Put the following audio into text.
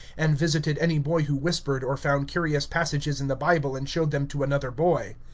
and visited any boy who whispered or found curious passages in the bible and showed them to another boy.